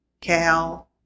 Cal